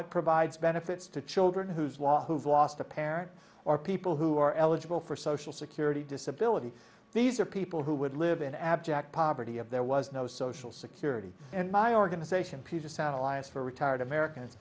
it provides benefits to children whose while who've lost a parent or people who are eligible for social security disability these are people who would live in abject poverty of there was no social security and my organization puget sound alliance for retired americans